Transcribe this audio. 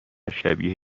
شبیه